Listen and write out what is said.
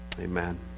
Amen